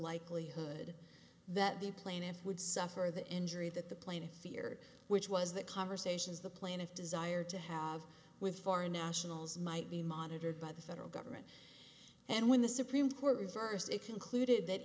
likelihood that the plaintiff would suffer the injury that the plaintiff feared which was the conversations the plaintiff desire to have with foreign nationals might be monitored by the federal government and when the supreme court reversed it concluded that